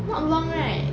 not long right